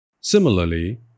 Similarly